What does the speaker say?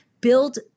Build